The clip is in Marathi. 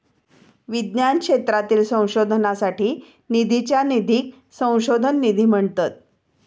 विज्ञान क्षेत्रातील संशोधनासाठी निधीच्या निधीक संशोधन निधी म्हणतत